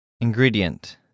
Ingredient